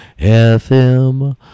FM